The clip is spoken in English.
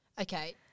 Okay